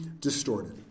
distorted